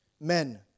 men